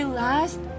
last